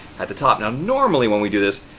at the top. now, normally when we do this,